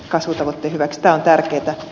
tämä on tärkeätä